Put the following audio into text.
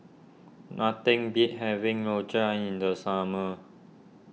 nothing beats having Rojak in the summer